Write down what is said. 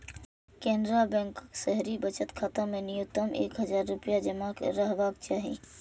केनरा बैंकक शहरी बचत खाता मे न्यूनतम एक हजार रुपैया जमा रहबाक चाही